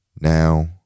Now